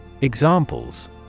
Examples